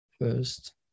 first